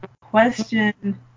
question